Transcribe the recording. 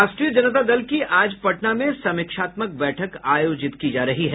राष्ट्रीय जनता दल की आज पटना में समीक्षात्मक बैठक आयोजित की जा रही है